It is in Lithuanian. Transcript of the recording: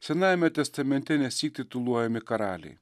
senajame testamente nesyk tituluojami karaliai